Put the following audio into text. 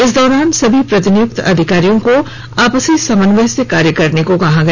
इस दौरान सभी प्रतिनियुक्त अधिकारियों को आपसी समन्वय से कार्य करने को कहा गया